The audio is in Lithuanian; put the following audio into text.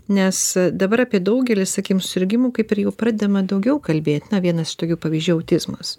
nes dabar apie daugelį sakykim susirgimų kaip ir jau pradedama daugiau kalbėt na vienas iš tokių pavyzdžių autizmas